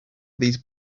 these